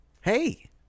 Hey